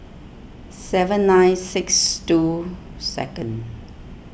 seven nine six two second